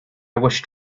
wished